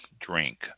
drink